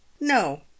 no